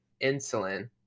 insulin